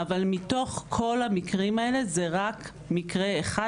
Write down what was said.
אבל מתוך כל המקרים האלה זה רק מקרה אחד,